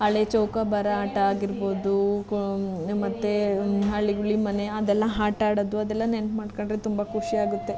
ಹಳೆ ಚೌಕಾಬಾರ ಆಟ ಆಗಿರ್ಬೋದು ಮತ್ತು ಅಳಗುಳಿ ಮನೆ ಅದೆಲ್ಲ ಆಟ ಆಡೋದು ಅದೆಲ್ಲ ನೆನ್ಪು ಮಾಡಿಕೊಂಡ್ರೆ ತುಂಬ ಖುಷಿ ಆಗುತ್ತೆ